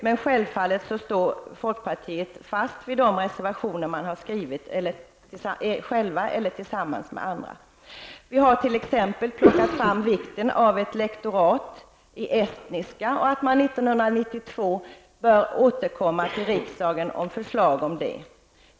Men självfallet står vi i folkpartiet fast vid de reservationer vi har skrivit själva eller tillsammans med andra. Vi har t.ex. framhållit vikten av ett lektorat i estniska -- och att man 1992 bör återkomma till riksdagen med förslag om detta.